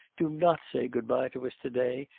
do not say good-bye to us to-day,